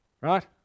Right